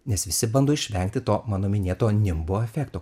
nes visi bando išvengti to mano minėto nimbo efekto